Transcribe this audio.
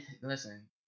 Listen